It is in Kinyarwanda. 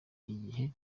igihe